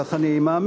כך אני מאמין,